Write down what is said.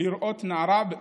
לראות נערה,